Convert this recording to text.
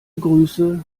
grüße